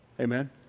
Amen